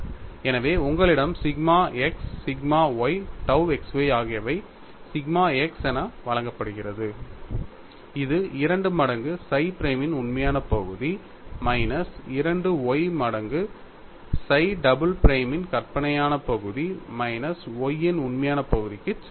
எனவே உங்களிடம் sigma x sigma y tau x y ஆகியவை சிக்மா x என வழங்கப்படுகிறது இது 2 மடங்கு psi பிரைமின் உண்மையான பகுதி மைனஸ் 2 y மடங்கு psi டபுள் பிரைமின் கற்பனையான பகுதி மைனஸ் y யின் உண்மையான பகுதிக்கு சமம்